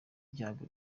ibyago